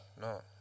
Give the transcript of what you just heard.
No